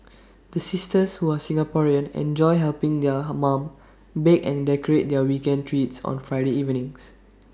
the sisters who are Singaporean enjoy helping their mum bake and decorate their weekend treats on Friday evenings